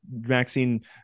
Maxine